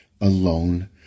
alone